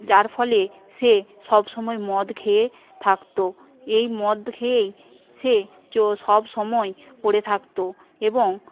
যার ফলে সে সব সময় মদ খেয়ে থাকতো এই মদ খেয়েই সে সব সময় পরে থাকতো এবং